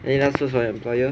any last words for your employer